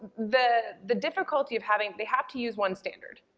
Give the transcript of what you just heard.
the the difficulty of having, they have to use one standard,